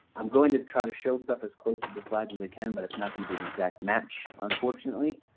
i'm going to to try to show stuff as close to the slides as i can but it's not going to be an exact match unfortunately.